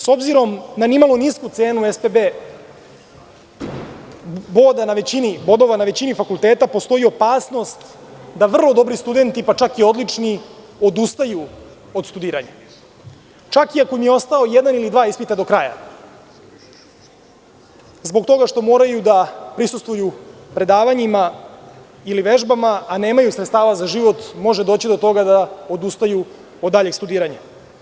S obzirom na nimalo nisku cenu SPB bodova na većini fakulteta, postoji opasnost da vrlo dobri studenti, pa čak i odlični, odustaju od studiranja, čak i ako imje ostao jedan ili dva ispita do kraja zbog toga što moraju da prisustvuju predavanjima ili vežbama, a nemaju sredstava za život, može doći do toga da odustaju od daljeg studiranja.